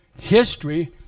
history